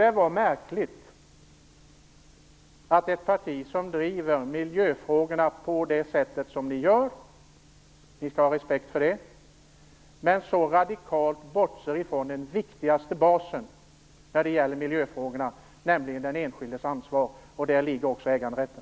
Det är märkligt att ett parti som driver miljöfrågorna på det sätt som Miljöpartiet gör - ni skall ha respekt för det - så radikalt bortser från den viktigaste basen, nämligen den enskildes ansvar och däri ligger också äganderätten.